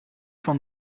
van